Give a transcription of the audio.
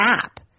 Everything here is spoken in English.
app